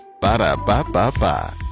Ba-da-ba-ba-ba